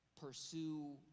pursue